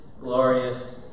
glorious